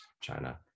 China